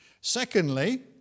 Secondly